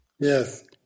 Yes